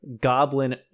Goblin